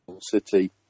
City